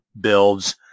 builds